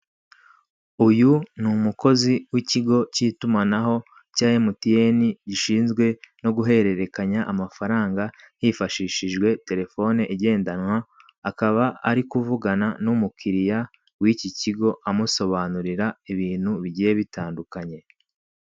Uyu ni umukozi w'ikigo cy'itumanaho cya emutiyeni gishinzwe no guhererekanya amafaranga hifashishijwe terefone igendanwa, akaba ari kuvugana n'umukiliya w'ikikigo amusobanurira ibintu bigiye bitandukanye.